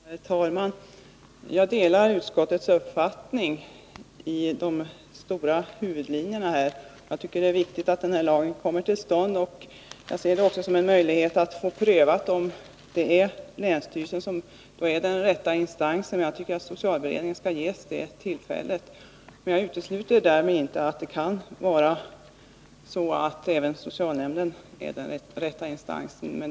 Herr talman! Jag delar utskottets uppfattning när det gäller de stora huvudlinjerna. Det är viktigt att denna lag kommer till stånd. Och jag ser det som en möjlighet att få prövat om det är länsstyrelsen som är den rätta instansen. Jag tycker att socialberedningen skall ges det tillfället. Men därmed utesluter jag inte att även socialnämnden kan vara den rätta instansen.